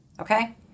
okay